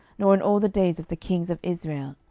nor in all the days of the kings of israel,